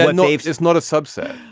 and no, it's it's not a subset.